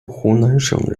湖南省